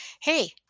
hey